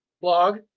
blog